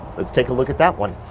let's take a look at that one.